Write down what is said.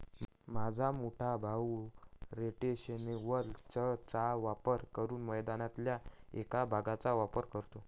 माझा मोठा भाऊ रोटेशनल चर चा वापर करून मैदानातल्या एक भागचाच वापर करतो